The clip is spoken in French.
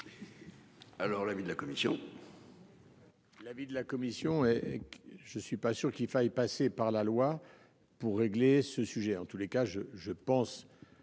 Alors l'avis de la commission.